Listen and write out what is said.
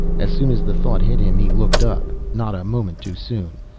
as soon as the thought hit him he looked up not a moment too soon.